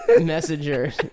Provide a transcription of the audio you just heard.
messenger